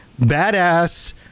badass